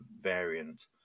variant